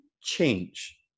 change